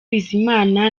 bizimana